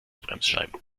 bremsscheiben